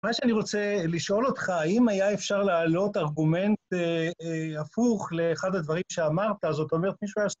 מה שאני רוצה לשאול אותך, האם היה אפשר להעלות ארגומנט הפוך לאחד הדברים שאמרת, זאת אומרת מישהו היה...